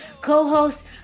co-host